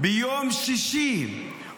-- של הציבור, אני בעצמי אנהיג את כל זה.